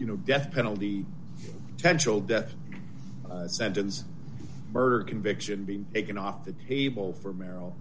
you know death penalty henschel death sentence murder conviction being taken off the table for merrill